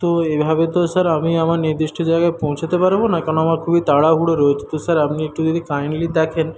তো এভাবে তো স্যার আমি আমার নির্দিষ্ট জায়গায় পৌঁছাতে পারবো না কারণ আমার খুবই তাড়াহুড়ো রয়েছে তো স্যার আপনি একটু যদি কাইন্ডলি দেখেন